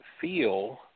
feel